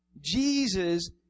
Jesus